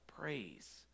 praise